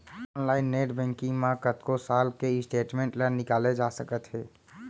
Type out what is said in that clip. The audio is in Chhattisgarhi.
ऑनलाइन नेट बैंकिंग म कतको साल के स्टेटमेंट ल निकाले जा सकत हे